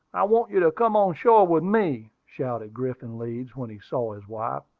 i want you to come on shore with me, shouted griffin leeds, when he saw his wife.